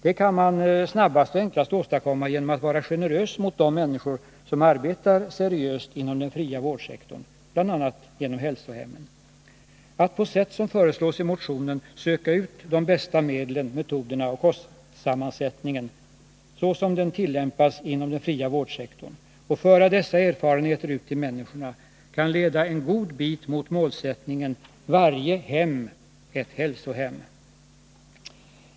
Detta kan man snabbast och enklast åstadkomma genom att vara generös mot de människor som arbetar seriöst inom den fria vårdsektorn, bl.a. på hälsohemmen. Att på sätt som föreslås i motionen söka ut de bästa medlen, metoderna och kostsammansättningen, såsom den tillämpas inom den fria vårdsektorn, och föra dessa erfarenheter ut till människorna kan leda en god bit mot målet ”varje hem ett hälsohem”.